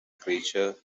creature